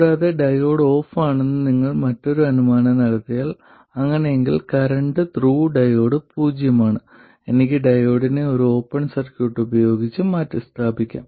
കൂടാതെ ഡയോഡ് ഓഫാണെന്ന് നിങ്ങൾ മറ്റൊരു അനുമാനം നടത്തിയാൽ അങ്ങനെയെങ്കിൽ കറന്റ് ത്രൂ ഡയോഡ് പൂജ്യമാണ് എനിക്ക് ഡയോഡിനെ ഒരു ഓപ്പൺ സർക്യൂട്ട് ഉപയോഗിച്ച് മാറ്റിസ്ഥാപിക്കാം